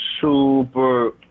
super